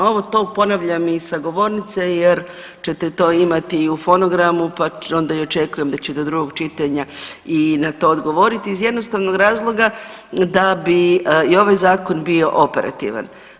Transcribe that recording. Ovo, to ponavljam i sa govornice jer ćete to imati i fonogramu, pa onda i očekujem da ćete do drugog čitanje i na to odgovoriti iz jednostavnog razloga da bi i ovaj zakon bio operativan.